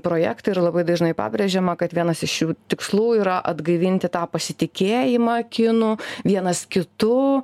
projektai yra labai dažnai pabrėžiama kad vienas iš jų tikslų yra atgaivinti tą pasitikėjimą kinų vienas kitu